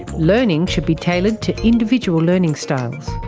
learning should be tailored to individual learning styles.